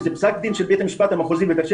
זה פסק דין של בית המשפט המחוזי בבאר שבע,